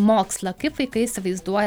mokslą kaip vaikai įsivaizduoja